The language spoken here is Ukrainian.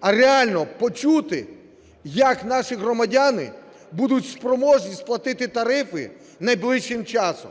а реально почути, як наші громадяни будуть спроможні сплатити тарифи найближчим часом.